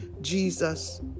Jesus